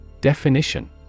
Definition